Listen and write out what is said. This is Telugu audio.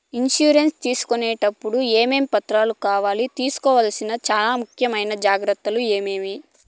ఇన్సూరెన్సు తీసుకునేటప్పుడు టప్పుడు ఏమేమి పత్రాలు కావాలి? తీసుకోవాల్సిన చానా ముఖ్యమైన జాగ్రత్తలు ఏమేమి?